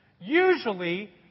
Usually